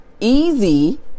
easy